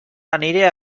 aniré